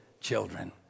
children